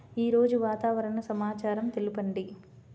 ఈరోజు వాతావరణ సమాచారం తెలుపండి